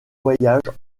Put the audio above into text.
voyage